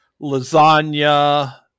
lasagna